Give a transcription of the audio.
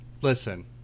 listen